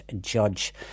judge